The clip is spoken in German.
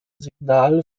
signal